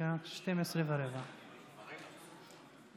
תוצאות ההצבעה על החוק: 61 חברי כנסת